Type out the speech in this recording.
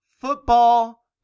football